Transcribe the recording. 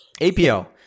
APL